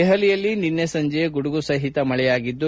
ದೆಹಲಿಯಲ್ಲಿ ನಿನ್ನೆ ಸಂಜೆ ಗುಡುಗು ಸಹಿತ ಮಳೆಯಾಗಿದ್ದು